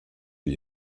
die